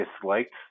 disliked